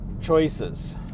choices